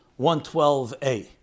112a